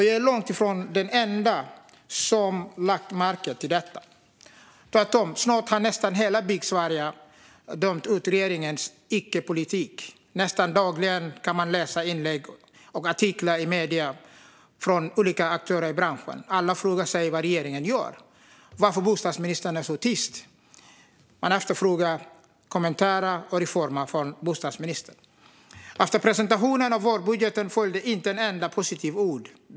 Jag är långt ifrån den enda som har lagt märke till detta, utan tvärtom. Snart har nästan hela Byggsverige dömt ut regeringens icke-politik. Nästan dagligen kan man läsa inlägg och artiklar i medierna från olika aktörer i branschen. Alla frågar sig vad regeringen gör och varför bostadsministern är så tyst. Man efterfrågar kommentarer och reformer från bostadsministern. Efter presentationen av vårbudgeten följde inte ett enda positivt ord.